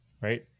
right